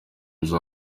nzu